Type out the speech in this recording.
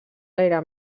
gaire